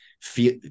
Feel